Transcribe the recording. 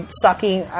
sucking